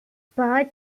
par